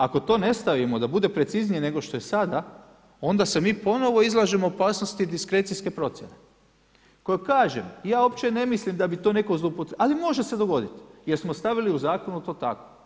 Ako to ne stavimo da bude preciznije nego što je sada, onda se mi ponovo izlažemo opasnosti diskrecijske procjene koja kažem, ja uopće ne mislim da bi to netko zloupotrijebio, ali može se dogoditi jer smo stavili u Zakonu to tako.